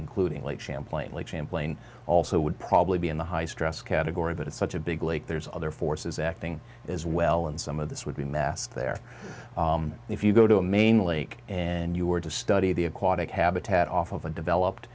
including lake champlain lake champlain also would probably be in the high stress category but it's such a big lake there's other forces acting as well and some of this would be mass there if you go to a mainly and you were to study the aquatic habitat off of a developed